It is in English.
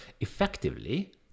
effectively